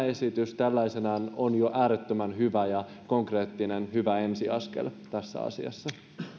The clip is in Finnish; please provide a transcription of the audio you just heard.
esitys jo tällaisenaan on äärettömän hyvä ja konkreettinen hyvä ensiaskel tässä asiassa